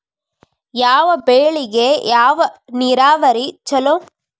ಯಾವ ಬೆಳಿಗೆ ಯಾವ ನೇರಾವರಿ ಛಲೋ?